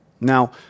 Now